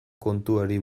kontuari